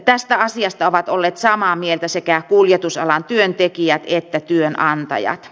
tästä asiasta ovat olleet samaa mieltä sekä kuljetusalan työntekijät että työnantajat